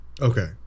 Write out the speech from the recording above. Okay